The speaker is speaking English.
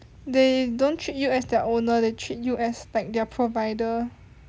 they don't treat you as their owner they treat you as like their provider